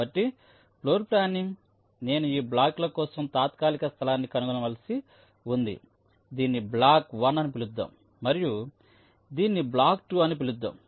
కాబట్టి ఫ్లోర్ప్లానింగ్ నేను ఈ బ్లాక్ల కోసం తాత్కాలిక స్థలాన్ని కనుగొనవలసి ఉంది దీన్ని బ్లాక్ 1 అని పిలుద్దాం మరియు దీన్ని బ్లాక్ 2 అని పిలుద్దాం